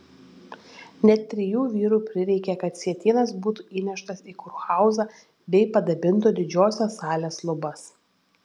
net trijų vyrų prireikė kad sietynas būtų įneštas į kurhauzą bei padabintų didžiosios salės lubas